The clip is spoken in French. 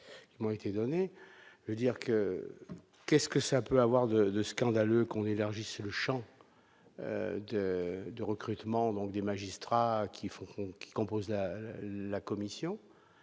et dire que qu'est-ce que ça peut avoir de de scandaleux qu'on élargisse le Champ de de recrutement donc des magistrats qui font, qui composent la commission